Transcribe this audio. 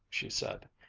she said,